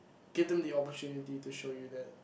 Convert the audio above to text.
give them the opportunity to show you that